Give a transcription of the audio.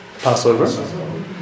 Passover